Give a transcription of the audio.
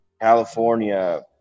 California